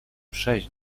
przejść